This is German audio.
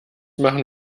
machen